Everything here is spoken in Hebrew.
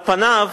על פניו,